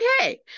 okay